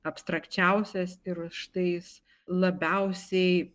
abstrakčiausias ir už tai jis labiausiai